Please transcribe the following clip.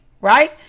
Right